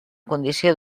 condició